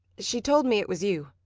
she told me it was you.